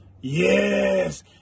Yes